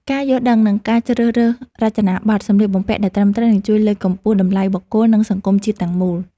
ការយល់ដឹងនិងការជ្រើសរើសរចនាប័ទ្មសម្លៀកបំពាក់ដែលត្រឹមត្រូវនឹងជួយលើកកម្ពស់តម្លៃបុគ្គល និងសង្គមជាតិទាំងមូល។